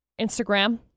Instagram